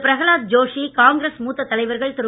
பிரஹலாத் ஜோஷி காங்கிரஸ் மூத்த தலைவர்கள் திரு